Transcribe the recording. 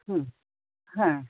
হুম হ্যাঁ